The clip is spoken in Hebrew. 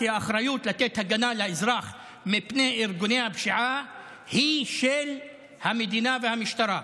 כי האחריות לתת הגנה לאזרח מפני ארגוני הפשיעה היא של המדינה והמשטרה.